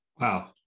Wow